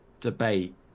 debate